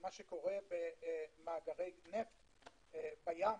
למה שקורה במאגרי נפט בים,